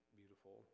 beautiful